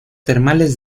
termales